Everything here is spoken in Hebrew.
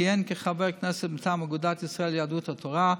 כיהן כחבר הכנסת מטעם אגודת ישראל-יהדות התורה,